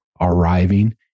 arriving